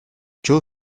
joe